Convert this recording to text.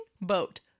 boat